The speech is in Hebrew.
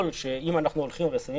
היה חשש מאוד גדול שאם אנחנו הולכים ושמים